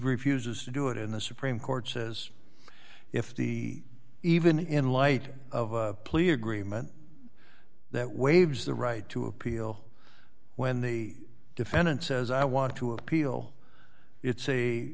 refuses to do it in the supreme court says if he even in light of a plea agreement that waves the right to appeal when the defendant says i want to appeal it